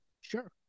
Sure